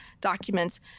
documents